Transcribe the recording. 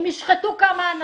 הם ישחטו כמה אנשים.